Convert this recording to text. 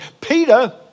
Peter